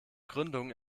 gründung